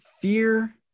fear